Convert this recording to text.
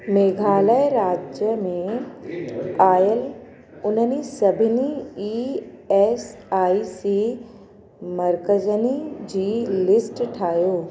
मेघालय राज्य में आयल उन्हनि सभिनी ई एस आई सी मर्कज़नि जी लिस्ट ठाहियो